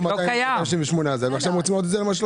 עד 21' זה היה 286. מה מאז?